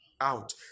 Out